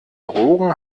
drogen